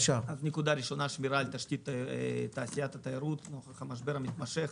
אז נקודה ראשונה היא שמירה על תשתית תעשיית התיירות במשבר המתמשך.